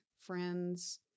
friends